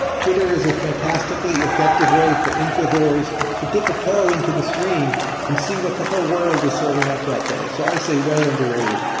twitter is a fantastically effective way for infovores to dip a toe in the stream and see what the whole world is serving up that day. so i say way underrated.